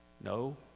no